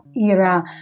era